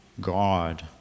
God